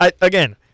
again